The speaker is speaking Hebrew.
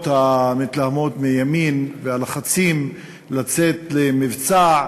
המתלהמות מימין ועל הלחצים לצאת למבצע.